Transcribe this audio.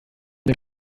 der